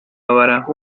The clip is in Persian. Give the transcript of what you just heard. آورم